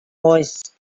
was